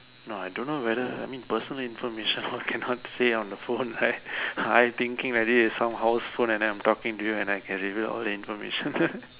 no I don't know whether I mean personal information all cannot say on the phone right I thinking like this some house phone and then I talking to you and I can reveal all the personal information